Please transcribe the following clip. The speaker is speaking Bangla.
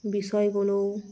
বিষয়গুলো